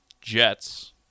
Jets